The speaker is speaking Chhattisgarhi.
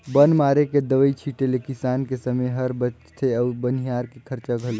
बन मारे के दवई छीटें ले किसान के समे हर बचथे अउ बनिहार के खरचा घलो